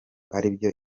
aribyo